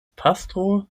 pastro